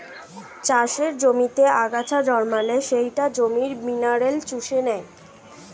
চাষের জমিতে আগাছা জন্মালে সেটা জমির মিনারেল চুষে নেয়